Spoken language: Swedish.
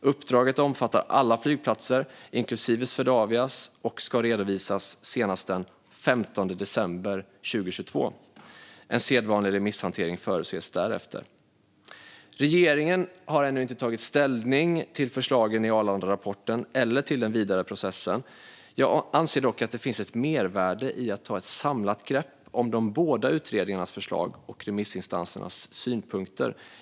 Uppdraget omfattar alla flygplatser, inklusive Swedavias, och ska redovisas senast den 15 december 2022. En sedvanlig remisshantering förutses därefter. Regeringen har ännu inte tagit ställning till förslagen i Arlandarapporten eller till den vidare processen. Jag anser dock att det finns ett mervärde i att ta ett samlat grepp om båda utredningarnas förslag och remissinstansernas synpunkter.